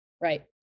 Right